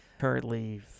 Currently